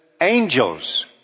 angels